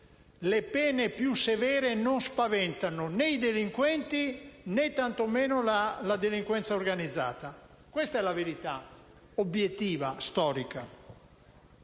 le pene più severe non spaventano né i delinquenti, né tantomeno la delinquenza organizzata: questa è la verità obiettiva e storica.